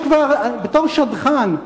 יש כבר, בתור שדכן,